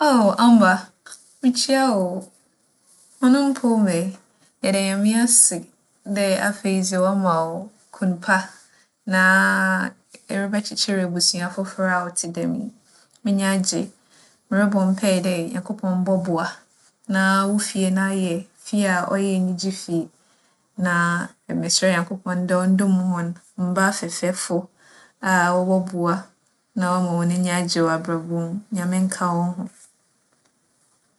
Aw, Amba! Mikyia wo oo! Hͻn mpͻw mu ɛ? Yɛda Nyame ase dɛ afei dze ͻama wo kun pa na erebɛkyekyer ebusua fofor a ͻtse dɛm yi. M'enyi agye. Morobͻ mpaa dɛ Nyankopͻn bͻboa na wo fie no ayɛ fie a ͻyɛ enyigye fie. Na meserɛ Nyankopͻn dɛ ͻndom hͻn mba afɛɛfɛwfo a wͻbͻboa na wͻama hͻn enyi agye wͻ abrabͻ mu. Nyame nka hͻnho.